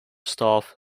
staff